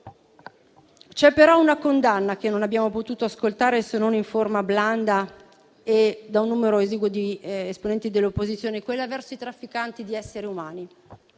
C'è però una condanna che non abbiamo potuto ascoltare se non in forma blanda e da un numero esiguo di esponenti dell'opposizione: quella verso i trafficanti di esseri umani.